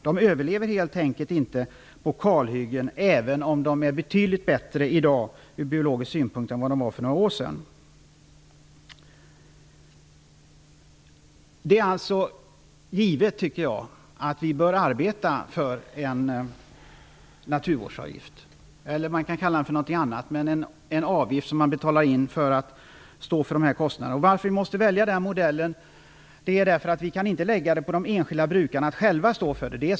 De överlever helt enkelt inte på kalhyggen, även om dessa ur biologisk synpunkt är betydligt bättre i dag än vad de var för några år sedan. Jag tycker alltså att det är givet att vi bör arbeta för en naturvårdsavgift. Man kan kalla den för någonting annat, men det skall vara en avgift som man skall betala in och som skall täcka dessa kostnader. Vi måste välja den modellen därför att vi inte kan ålägga de enskilda brukarna att själva stå för denna kostnad.